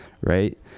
Right